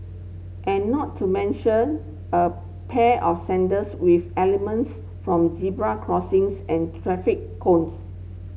and not to mention a pair of sandals with elements from zebra crossings and traffic cones